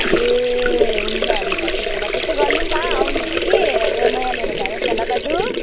ए हुन्छ हुन्छ त्यसो भए त्यसै गर्नु नि त आउनुहोस् कि यो नयाँ लिएर जानुहोस् ल दाजु